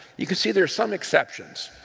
you can see there's some exceptions.